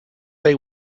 they